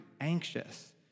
anxious